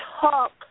talk